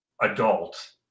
adult